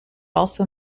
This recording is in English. also